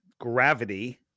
gravity